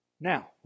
Now